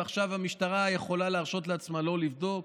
ועכשיו המשטרה יכולה להרשות לעצמה לא לבדוק.